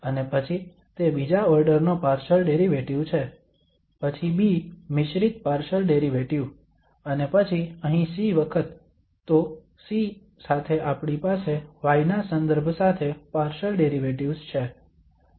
અને પછી તે બીજા ઓર્ડર નો પાર્શલ ડેરિવેટિવ છે પછી B મિશ્રિત પાર્શલ ડેરિવેટિવ અને પછી અહીં C વખત તો C સાથે આપણી પાસે y ના સંદર્ભ સાથે પાર્શલ ડેરિવેટિવ્ઝ છે